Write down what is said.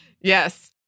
Yes